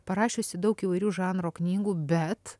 parašiusi daug įvairių žanro knygų bet